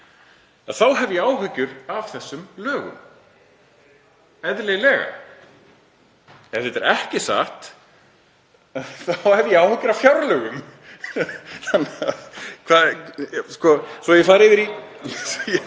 þá hef ég áhyggjur af þessum lögum, eðlilega. Ef þetta er ekki satt þá hef ég áhyggjur af fjárlögum. (Gripið fram